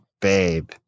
babe